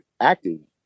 acting